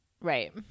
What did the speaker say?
Right